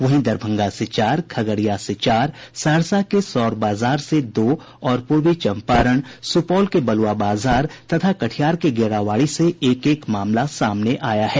वहीं दरभंगा से चार खगड़िया से चार सहरसा के सौर बाजार से दो और पूर्वी चंपारण सुपौल के बलुआ बाजार तथा कटिहार के गेड़ाबाड़ी से एक एक मामला सामने आया है